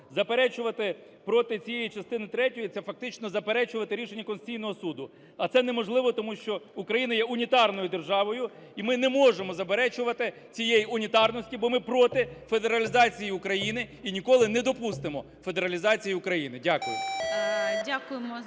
Заперечувати проти цієї частини третьої – це фактично заперечувати рішення Конституційного Суду, а це неможливо, тому що Україна є унітарною державою, і ми не можемо заперечувати цієї унітарності, бо ми проти федералізації України і ніколи не допустимо федералізації України. Дякую.